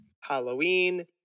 Halloween